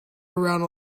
around